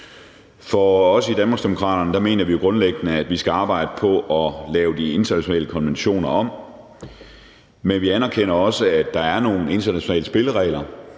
sig. Vi i Danmarksdemokraterne mener grundlæggende, at vi skal arbejde på at lave de internationale konventioner om, men vi anerkender også, at der er nogen internationale spilleregler.